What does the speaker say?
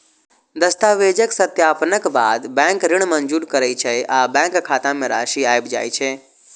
दस्तावेजक सत्यापनक बाद बैंक ऋण मंजूर करै छै आ बैंक खाता मे राशि आबि जाइ छै